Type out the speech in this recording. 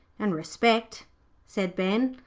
and respect said ben,